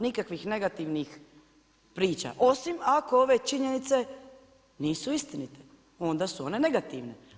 Nikakvih negativnih priča osim ako ove činjenice nisu istinite onda su one negativne.